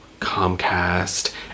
Comcast